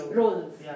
roles